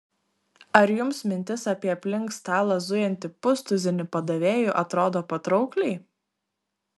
ar jums mintis apie aplink stalą zujantį pustuzinį padavėjų atrodo patraukliai